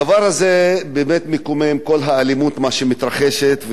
הדבר הזה באמת מקומם, כל האלימות שמתרחשת.